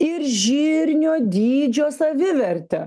ir žirnio dydžio savivertę